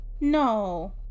No